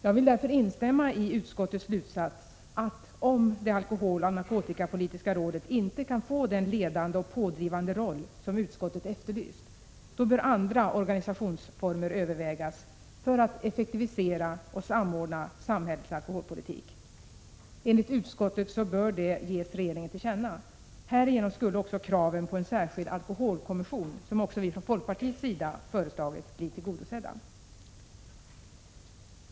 Jag vill därför instämma i utskottets slutsats att — om det alkoholoch narkotikapolitiska rådet inte kan få den ledande och pådrivande roll som utskottet efterlyst — andra organisationsformer bör övervägas för att effektivisera och samordna samhällets alkoholpolitik. Enligt utskottet bör detta ges regeringen till känna. Härigenom skulle även kraven på en särskild alkoholkommission, som också vi från folkpartiets sida föreslagit, bli tillgodosedda.